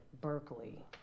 Berkeley